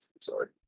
sorry